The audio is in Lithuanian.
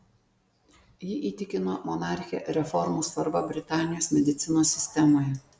ji įtikino monarchę reformų svarba britanijos medicinos sistemoje